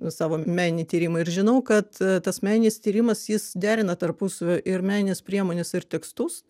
savo meninį tyrimą ir žinau kad tas meninis tyrimas jis derina tarpusavy ir menines priemones ir tekstus